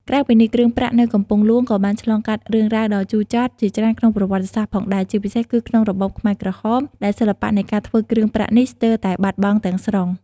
ក្រៅពីនេះ គ្រឿងប្រាក់នៅកំពង់ហ្លួងក៏បានឆ្លងកាត់រឿងរ៉ាវដ៏ជូរចត់ជាច្រើនក្នុងប្រវត្តិសាស្ត្រផងដែរ ជាពិសេសគឺក្នុងរបបខ្មែរក្រហម ដែលសិល្បៈនៃការធ្វើគ្រឿងប្រាក់នេះស្ទើរតែបាត់បង់ទាំងស្រុង។